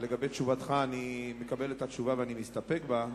אני מקבל את התשובה ואני מסתפק בה,